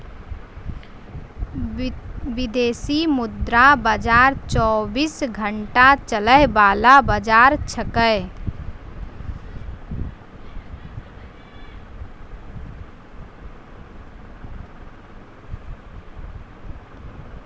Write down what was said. विदेशी मुद्रा बाजार चौबीस घंटा चलय वाला बाजार छेकै